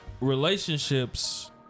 relationships